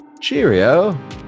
cheerio